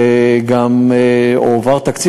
וגם הועבר תקציב,